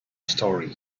story